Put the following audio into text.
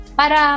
para